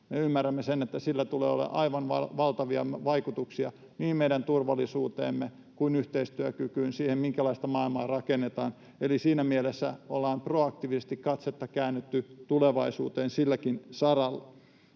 Me ymmärrämme sen, että sillä tulee olemaan aivan valtavia vaikutuksia niin meidän turvallisuuteemme kuin yhteistyökykyyn, siihen, minkälaista maailmaa rakennetaan, eli siinä mielessä ollaan proaktiivisesti katsetta käännetty tulevaisuuteen silläkin saralla.